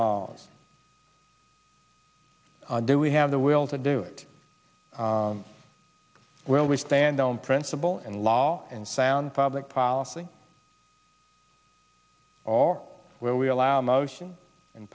laws do we have the will to do it when we stand on principle and law and sound public policy all where we allow motion in